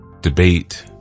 debate